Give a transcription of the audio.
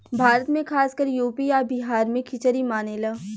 भारत मे खासकर यू.पी आ बिहार मे खिचरी मानेला